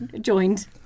joined